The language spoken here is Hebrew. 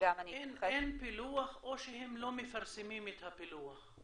אין פילוח או שהם לא מפרסמים את הפילוח?